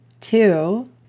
two